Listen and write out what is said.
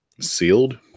sealed